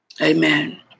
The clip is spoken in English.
Amen